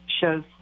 shows